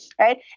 Right